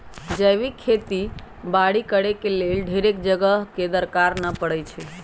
जैविक खेती बाड़ी करेके लेल ढेरेक जगह के दरकार न पड़इ छइ